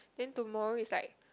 then tomorrow is like